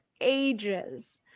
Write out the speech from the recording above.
ages